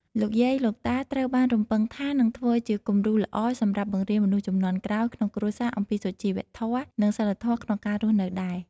លោកយាយ លោកតាត្រូវបានរំពឹងថានឹងធ្វើជាគំរូល្អ សម្រាប់បង្រៀនមនុស្សជំនាន់ក្រោយក្នុងគ្រួសារអំពីសុជីវធម៌ និងសីលធម៌ក្នុងការរស់នៅដែរ។